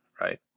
right